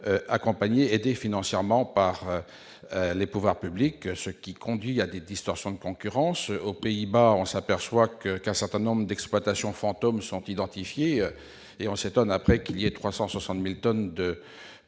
accompagné aidés financièrement par les pouvoirs publics, ce qui conduit à des distorsions de concurrence aux Pays-Bas, on s'aperçoit que qu'un certain nombre d'exploitations fantômes sont identifiés, et on s'étonne après qu'il y a 360000 tonnes de